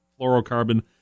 fluorocarbon